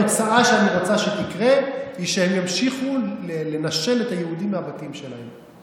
התוצאה שאני רוצה שתקרה היא שהם ימשיכו לנשל את היהודים מהבתים שלהם.